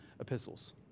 epistles